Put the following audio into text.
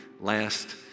last